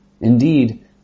Indeed